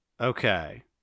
Okay